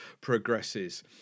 progresses